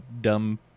dumb